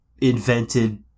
invented